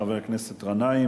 חבר הכנסת גנאים,